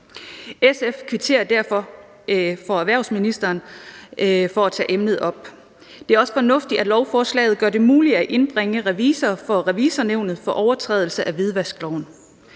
SF kvitterer derfor over for erhvervsministeren for at tage emnet op. Det er også fornuftigt, at lovforslaget gør det muligt at indbringe revisorer for Revisornævnet for overtrædelse af hvidvaskloven.